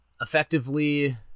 Effectively